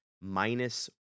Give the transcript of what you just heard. Minus